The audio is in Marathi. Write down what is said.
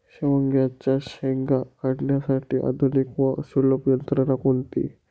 शेवग्याच्या शेंगा काढण्यासाठी आधुनिक व सुलभ यंत्रणा कोणती?